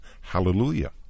Hallelujah